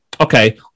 okay